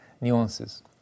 nuances